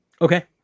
Okay